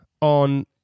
on